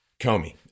Comey